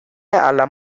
alla